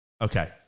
okay